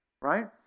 Right